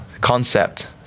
Concept